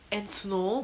and snow